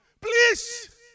please